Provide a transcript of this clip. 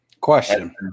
Question